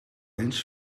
eens